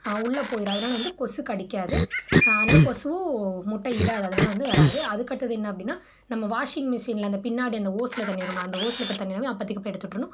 உள்ளே போயிடும் அதனால வந்து கொசு கடிக்காது அதனால கொசுவும் முட்டையிடாது அதனால வந்து வராது அதுக்கடுத்தது என்ன அப்படின்னா நம்ம வாஷிங் மிஷினில் அந்த பின்னாடி அந்த ஹோஸ்ல தண்ணி வரும்ல அந்த ஹோஸ்ல இருக்கிற தண்ணியயை அப்போதிக்கி போய் எடுத்துட்டுறணும்